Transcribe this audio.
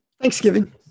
Thanksgiving